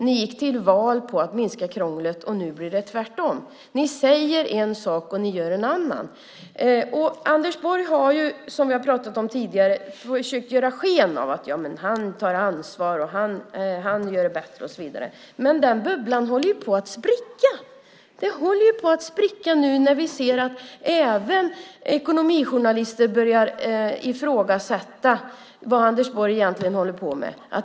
Ni gick till val på att minska krånglet, och nu blir det tvärtom. Ni säger en sak och ni gör en annan. Anders Borg har, som vi har pratat om tidigare, försökt ge sken av att han tar ansvar, att han gör saker och ting bättre och så vidare. Men den bubblan håller på att spricka. Den håller på att spricka nu när vi ser att även ekonomijournalister börjar ifrågasätta vad Anders Borg egentligen håller på med.